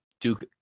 Duke